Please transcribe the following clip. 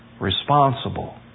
responsible